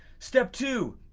step two,